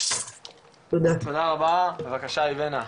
תודה רבה, בבקשה איבנה.